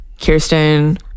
Kirsten